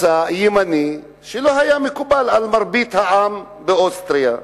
מצע ימני, שלא היה מקובל על מרבית העם באוסטריה.